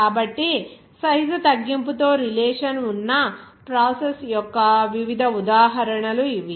కాబట్టి సైజ్ తగ్గింపుతో రిలేషన్ ఉన్న ప్రాసెస్ యొక్క వివిధ ఉదాహరణలు ఇవి